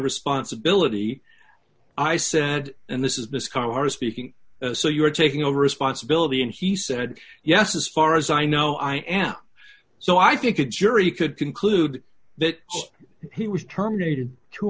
responsibility i said and this is miss carr speaking so you're taking over responsibility and he said yes as far as i know i am so i think a jury could conclude that he was terminated two